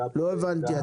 לא הבנתי.